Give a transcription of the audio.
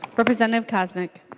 representative koznick